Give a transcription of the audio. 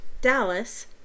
Dallas